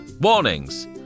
Warnings